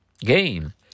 Gain